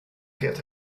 get